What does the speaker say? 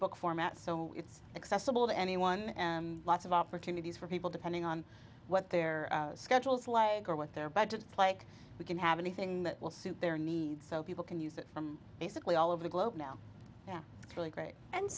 book format so it's accessible to anyone and lots of opportunities for people depending on what their schedules like or what their budgets like we can have anything that will suit their needs so people can use it from basically all over the globe now yeah really great and